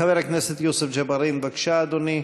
חבר הכנסת יוסף ג'בארין, בבקשה, אדוני.